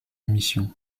émission